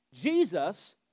Jesus